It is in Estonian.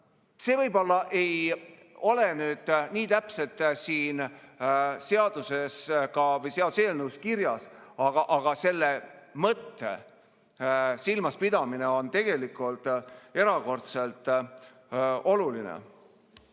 See võib-olla ei ole nüüd nii täpselt siin seaduseelnõus kirjas, aga selle mõtte silmaspidamine on tegelikult erakordselt oluline.